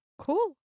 cool